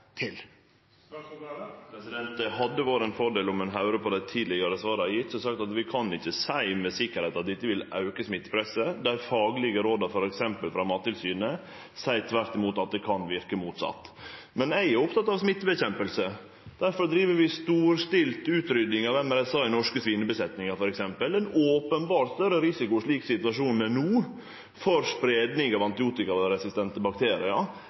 Det hadde vore ein fordel om ein hadde høyrt på dei tidlegare svara eg har gjeve, der eg sa at vi ikkje kan seie med sikkerheit at dette vil auke smittepresset. Dei faglege råda frå t.d. Mattilsynet seier tvert imot at det kan verke motsett. Eg er oppteken av smittekamp. Difor driv vi storstilt utrydding av MRSA i norske svinebuskapar t.d., ein openbar større risiko slik situasjonen er no for spreiing av antibiotikaresistente bakteriar